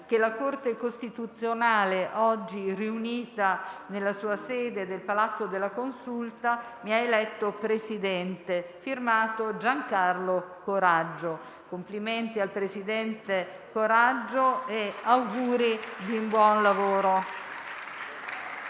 che la Corte costituzionale, oggi riunita nella sua sede del Palazzo della Consulta, mi ha eletto Presidente. Firmato: Giancarlo Coraggio». Complimenti al presidente Coraggio e auguri di un buon lavoro.